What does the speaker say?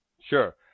Sure